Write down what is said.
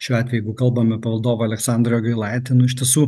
šiuo atveju jeigu kalbam apie valdovą aleksandrą jogailaitį nu iš tiesų